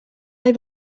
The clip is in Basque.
nahi